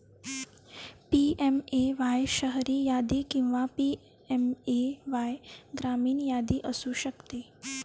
PMAY शहरी यादी किंवा पी.एम.ए.वाय ग्रामीण यादी असू शकते